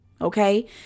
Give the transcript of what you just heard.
okay